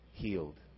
healed